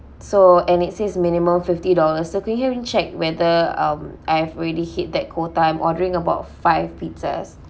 so and it says minimum fifty dollars so can you help me check whether um I've already hit that quota I'm ordering about five pizzas